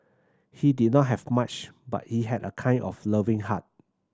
he did not have much but he had a kind of loving heart